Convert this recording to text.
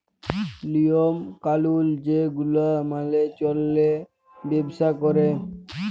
লিওম কালুল যে গুলা মালে চল্যে ব্যবসা ক্যরে